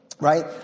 Right